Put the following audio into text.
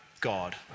God